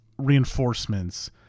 reinforcements